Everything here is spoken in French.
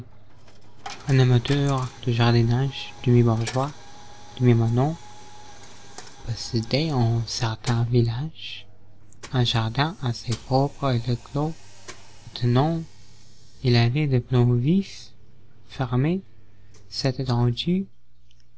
un amateur du jardinage demi-bourgeois demi-manant possédait en certain village un jardin assez propre et le clos attenant il avait de plant vif fermé cette